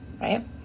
right